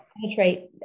penetrate